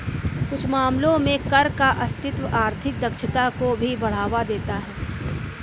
कुछ मामलों में कर का अस्तित्व आर्थिक दक्षता को भी बढ़ावा देता है